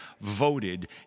voted